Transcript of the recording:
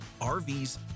RVs